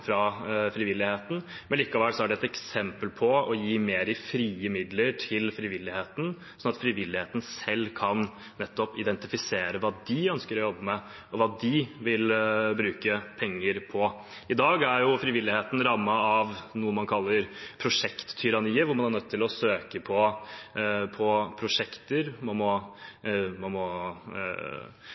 fra frivilligheten, men likevel er det et eksempel på å gi mer i frie midler til frivilligheten, sånn at frivilligheten selv nettopp kan identifisere hva de ønsker å jobbe med, og hva de vil bruke penger på. I dag er frivilligheten rammet av noe man kaller prosjekttyranniet, hvor man er nødt til å søke på prosjekter, man må dokumentere veldig mye, man